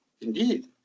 indeed